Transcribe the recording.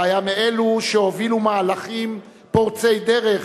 והיה מאלו שהובילו מהלכים פורצי דרך